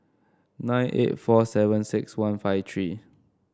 nine eight four seven six one five three